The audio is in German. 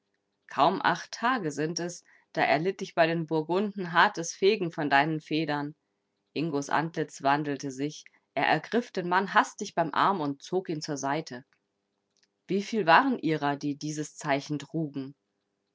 kaum acht tage sind es da erlitt ich bei den burgunden hartes fegen von deinen federn ingos antlitz wandelte sich er ergriff den mann hastig beim arm und zog ihn zur seite wieviel waren ihrer die dieses zeichen trugen